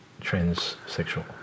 transsexual